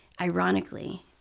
ironically